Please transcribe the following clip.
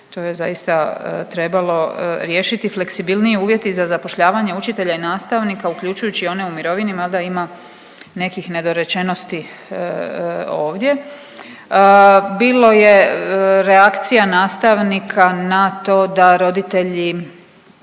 To je zaista trebalo riješiti, fleksibilniji uvjeti za zapošljavanje učitelja i nastavnika uključujući i one u mirovini mada ima nekih nedorečenosti ovdje. Bilo je reakcija nastavnika na to da roditelji